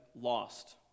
lost